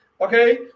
Okay